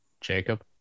Jacob